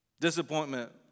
Disappointment